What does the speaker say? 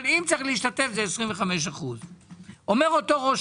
אבל אם צריך להשתתף 75%. אומר אותו ראש